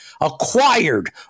acquired